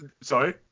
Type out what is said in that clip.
sorry